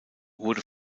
wurde